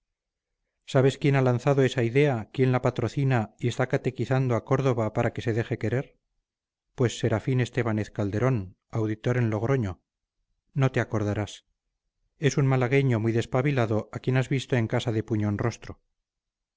sabes quién ha lanzado esa idea quién la patrocina y está catequizando a córdova para que se deje querer pues serafín estébanez calderón auditor en logroño no te acordarás es un malagueño muy despabilado a quien has visto en casa de puñonrostro